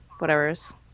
whatever's